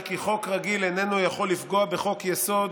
כי חוק רגיל איננו יכול לפגוע בחוק-יסוד,